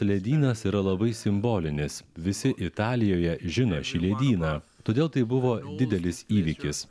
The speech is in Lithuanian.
ledynas yra labai simbolinis visi italijoje žino šį ledyną todėl tai buvo didelis įvykis